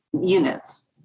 units